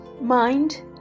Mind